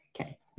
Okay